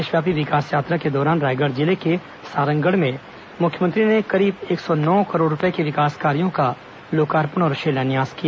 प्रदेशव्यापी विकास यात्रा के दौरान रायगढ़ जिले के सारंगढ़ में मुख्यमंत्री ने करीब एक सौ नौ करोड़ रूपये के विकास कार्यो का लोकार्पण और शिलान्यास किया